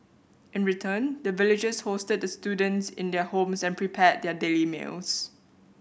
in return the villagers hosted the students in their homes and prepared their daily meals